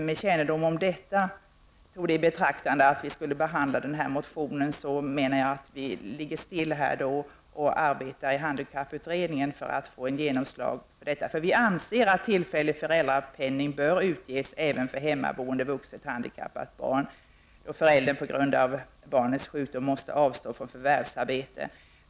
Med kännedom om detta menar jag att det är bättre att avvakta och i stället arbeta i handikapputredningen för att få ett genomslag för frågan. Vi anser att tillfällig föräldrapenning bör utgå även för hemmaboende, vuxet handikappat barn vid de tillfällen då föräldern på grund av barnets sjukdom måste avstå från förvärvsarbete.